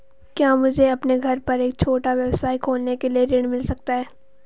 क्या मुझे अपने घर पर एक छोटा व्यवसाय खोलने के लिए ऋण मिल सकता है?